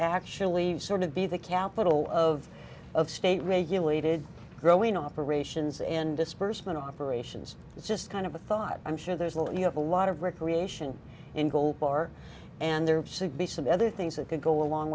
actually sort of be the capital of of state regulated growing operations and disbursement operations it's just kind of a thought i'm sure there's a lot you have a lot of recreation in gold bar and there see be some other things that can go along